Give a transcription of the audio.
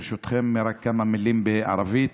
ברשותכם, רק כמה מילים בערבית: